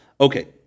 okay